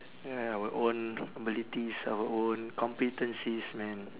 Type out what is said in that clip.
ya our own abilities our own competencies man